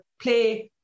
play